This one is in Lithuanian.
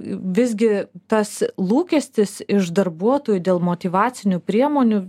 visgi tas lūkestis iš darbuotojų dėl motyvacinių priemonių